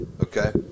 Okay